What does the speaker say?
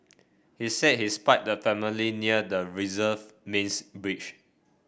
he said he spied the family near the reserve mains bridge